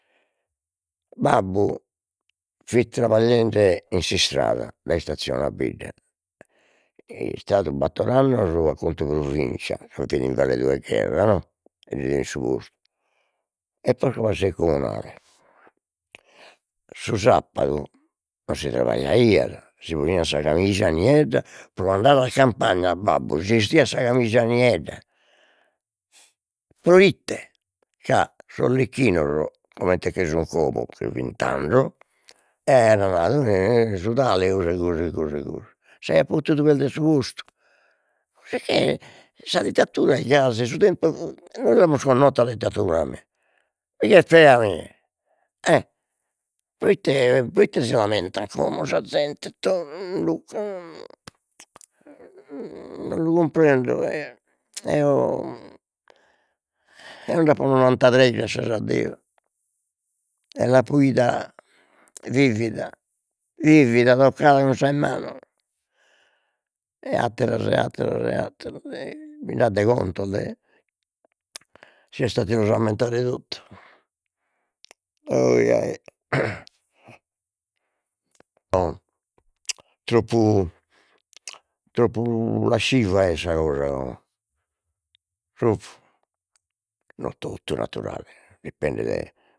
Babbu fit trabagliende in s'istrada, dai istazione a bidda, e 'istadu battor annos a contu 'e provincia invalidu 'e gherra no e li dein su postu e posca passeit comunale. Su sapadu non si trabagliaiat, si poniat sa camija niedda, pro andare a campagna, babbu si 'estiat sa camija niedda, proite, ca sos lecchinos comente che sun como, che fin tando, e aian nadu mi i su tale e 'osi e gosi e gosi. E gosi, s'aiat potidu perder su postu sicché sa dittadura est gasi su tempus nois l'amus connota sa dittadura mi, mi chi est fea mi, e proite e proite si lamentat como sa zente. Luca non lu cumprendo eo, eo eo nd'apo nonantatres grascias a Deus e l'apo 'ida, vivida vivida, toccada cun sas manos e atteros e atteros e atteros, e bind'at de contos de si est a ti los ammentare totu, oi ai troppu troppu lascivia est sa cosa oe troppu no totu naturale dipendet